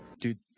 Dude